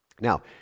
now